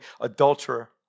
adulterer